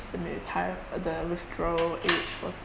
the retire the withdrawal age for